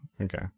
okay